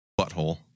Butthole